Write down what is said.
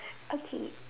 okay